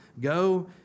Go